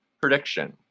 prediction